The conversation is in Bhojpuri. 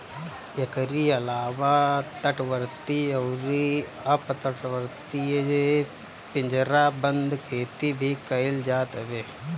एकरी अलावा तटवर्ती अउरी अपतटीय पिंजराबंद खेती भी कईल जात हवे